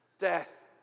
death